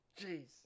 Jeez